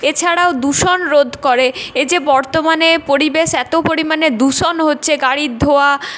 এছাড়াও দূষণ রোধ করে এই যে বর্তমানে পরিবেশ এত পরিমাণে দূষণ হচ্ছে গাড়ির ধোঁয়া